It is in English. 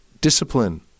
discipline